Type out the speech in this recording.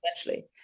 essentially